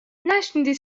نشنیدی